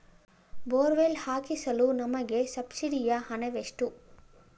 Borewell ಹಾಕಿಸಲು ನಮಗೆ ಸಬ್ಸಿಡಿಯ ಹಣವೆಷ್ಟು?